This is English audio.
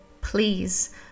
please